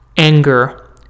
anger